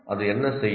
அது என்ன செய்யும்